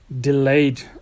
delayed